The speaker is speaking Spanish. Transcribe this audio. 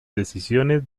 decisiones